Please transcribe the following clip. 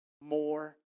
more